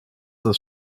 ist